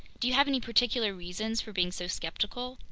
do you have any particular reasons for being so skeptical?